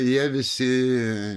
jie visi